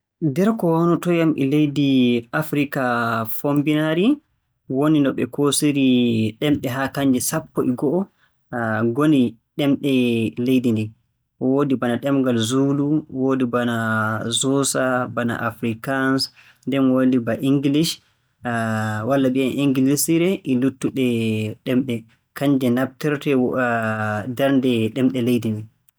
Ndr ko waanotoo yam e leydi Afirika Fommbinaari woni no ɓe koosiri ɗemɗe haa kannje sappo e go'o, ngoni ɗemɗe leydi ndin. Woodi bana ɗemngal Zulu, woodi bana Xhosa, woodi bana Afrikaans, nden woodi bana 'English' walla mbi'en Inngiliisiire, e luttuɗe ɗemɗe. Kannje naftortee darnde ɗemɗe leydi ndin.